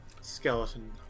skeleton